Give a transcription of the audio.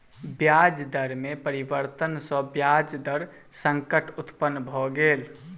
ब्याज दर में परिवर्तन सॅ ब्याज दर संकट उत्पन्न भ गेल